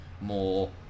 more